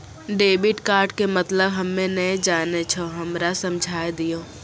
Debit card के मतलब हम्मे नैय जानै छौ हमरा समझाय दियौ?